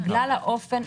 בגלל האופן,